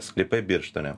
sklypai birštone